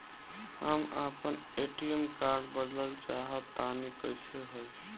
हम आपन ATM card बदलल चाह तनि कइसे होई?